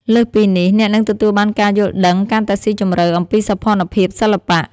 លើសពីនេះ អ្នកនឹងទទួលបានការយល់ដឹងកាន់តែស៊ីជម្រៅអំពីសោភ័ណភាពសិល្បៈ។